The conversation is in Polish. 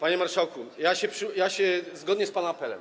Panie marszałku, zgodnie z pana apelem